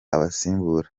abasimbura